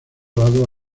lado